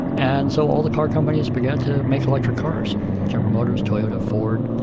and so all the car companies began to make electric cars general motors, toyota, ford,